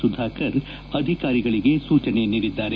ಸುಧಾಕರ್ ಅಧಿಕಾರಿಗಳಿಗೆ ಸೂಚನೆ ನೀಡಿದ್ದಾರೆ